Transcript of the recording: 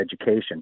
education